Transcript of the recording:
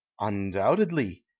undoubtedly